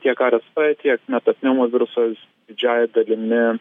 tiek rsv tiek metapneumovirusas didžiąja dalimi